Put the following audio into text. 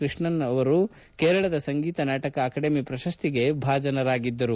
ಕೃಷ್ಣನ್ ಕೇರಳದ ಸಂಗೀತ ನಾಟಕ ಅಕಾಡೆಮಿ ಪ್ರಶಸ್ತಿಗೆ ಭಾಜನರಾಗಿದ್ದರು